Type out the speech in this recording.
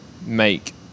make